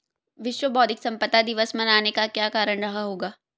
विश्व बौद्धिक संपदा दिवस मनाने का क्या कारण रहा होगा?